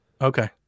okay